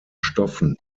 stoffen